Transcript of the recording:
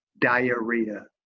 diarrhea